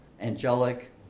angelic